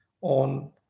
on